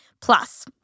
Plus